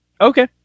Okay